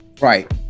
Right